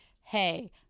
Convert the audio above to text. hey